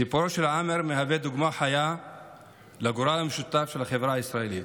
סיפורו של עאמר מהווה דוגמה חיה לגורל המשותף של החברה הישראלית,